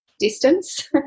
distance